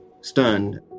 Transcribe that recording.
stunned